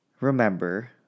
remember